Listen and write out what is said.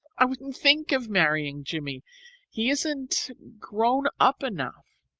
i wouldn't think of marrying jimmie he isn't grown up enough.